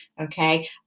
Okay